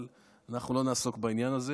אבל אנחנו לא נעסוק בעניין הזה.